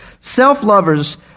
Self-lovers